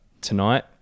Tonight